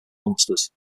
monsters